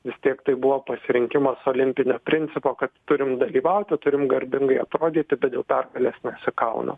vis tiek tai buvo pasirinkimas olimpinio principo kad turim dalyvauti turim garbingai atrodyti bet dėl pergalės nesikauna